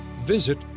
Visit